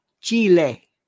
Chile